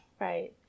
Right